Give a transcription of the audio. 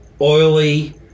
oily